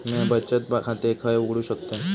म्या बचत खाते खय उघडू शकतय?